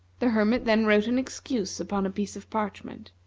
the hermit then wrote an excuse upon a piece of parchment,